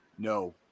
No